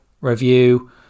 review